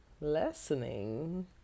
lessening